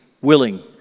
willing